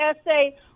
essay